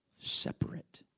separate